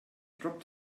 dropped